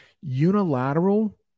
unilateral